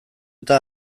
eta